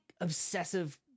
obsessive